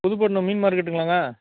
புதுப்பட்டிணம் மீன் மார்க்கெட்டுங்களாங்க